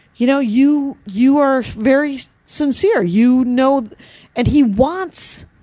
you know, you you are very sincere. you know and he wants-it's,